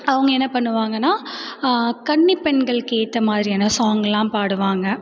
அவங்க என்ன பண்ணுவாங்கன்னால் கன்னிப் பெண்களுக்கு ஏற்ற மாதிரியான சாங்லாம் பாடுவாங்க